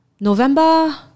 November